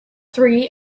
three